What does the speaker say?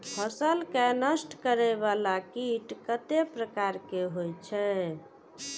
फसल के नष्ट करें वाला कीट कतेक प्रकार के होई छै?